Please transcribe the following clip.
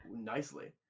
nicely